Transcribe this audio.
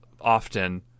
often